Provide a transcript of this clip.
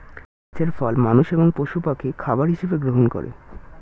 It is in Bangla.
গাছের ফল মানুষ এবং পশু পাখি খাবার হিসাবে গ্রহণ করে